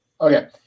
Okay